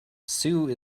sue